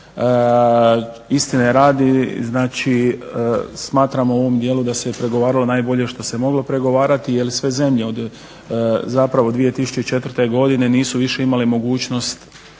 istine radi znači smatramo u ovom dijelu da se pregovaralo najbolje što se moglo pregovarati jer sve zemlje zapravo od 2004. godine nisu više imale mogućnost